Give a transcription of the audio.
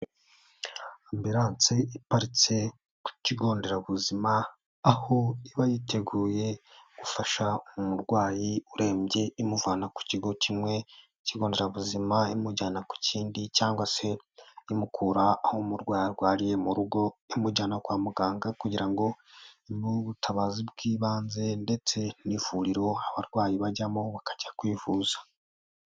Ambilanse iparitse ku kigo nderabuzima aho iba yiteguye gufasha umurwayi urembye imuvana ku kigo kimwe k'ikigo nderabuzima imujyana ku kindi cyangwa se imukura aho umurwayi arwariye mu rugo imujyana kwa muganga kugira ngo imuhe ubutabazi bw'ibanze ndetse n'ivuriro abarwayi bajyamo bakajya kwivuza.